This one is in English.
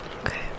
Okay